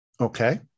Okay